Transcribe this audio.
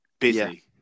Busy